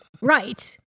Right